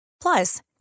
Plus